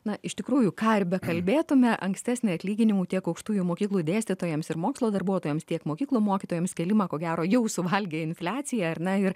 na iš tikrųjų ką ir bekalbėtume ankstesnį atlyginimų tiek aukštųjų mokyklų dėstytojams ir mokslo darbuotojams tiek mokyklų mokytojams kėlimą ko gero jau suvalgė infliacija ar ne ir